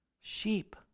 sheep